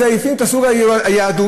מזייפים את סוג היהדות,